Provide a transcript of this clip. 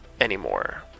anymore